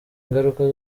ngaruka